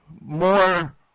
more